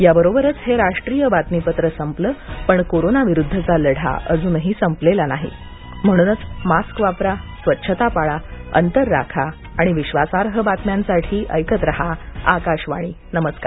याबरोबरच हे राष्ट्रीय बातमीपत्र संपलं पण कोरोनाविरुद्धचा लढा अजून संपलेला नाही म्हणूनच मास्क वापरा स्वच्छता पाळा अंतर राखा आणि विश्वासार्ह बातम्यांसाठी ऐकत राहा आकाशवाणी नमस्कार